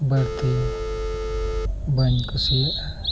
ᱵᱟᱹᱲᱛᱤ ᱵᱟᱹᱧ ᱠᱩᱥᱤᱭᱟᱜᱼᱟ